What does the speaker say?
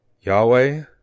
Yahweh